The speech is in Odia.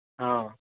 ହଁ